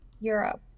europe